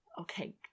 Okay